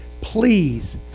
Please